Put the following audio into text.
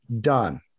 done